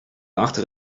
achter